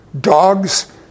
dogs